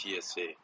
TSA